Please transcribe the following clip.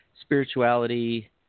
spirituality